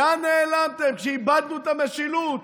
לאן נעלמתם כשאיבדנו את המשילות?